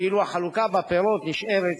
ואילו חלוקת הפירות נשארת